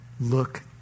look